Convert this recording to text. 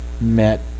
met